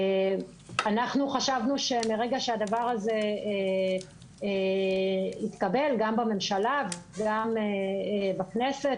אנחנו חשבנו שמרגע שהדבר הזה יתקבל גם בממשלה וגם בכנסת,